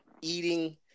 eating